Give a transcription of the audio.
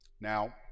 Now